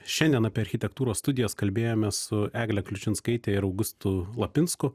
šiandien apie architektūros studijas kalbėjomės su egle kliučinskaite ir augustu lapinsku